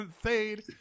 Fade